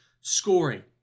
Scoring